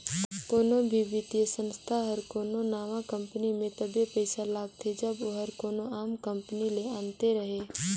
कोनो भी बित्तीय संस्था हर कोनो नावा कंपनी में तबे पइसा लगाथे जब ओहर कोनो आम कंपनी ले अन्ते रहें